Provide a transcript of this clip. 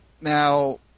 Now